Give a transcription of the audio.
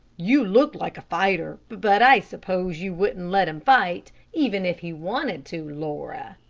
you look like a fighter but i suppose you wouldn't let him fight, even if he wanted to, laura,